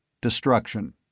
Destruction